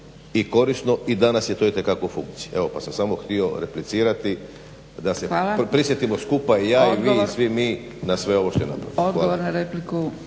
i korisno i danas je to itekako u funkciji. Evo pa sam samo htio replicirati da se prisjetimo skupa i ja i vi i svi mi na sve ovo što je napravljeno.